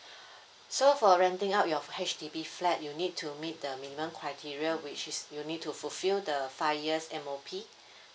so for renting out your H_D_B flat you need to meet the minimum criteria which is you need to fulfill the five year's M_O_P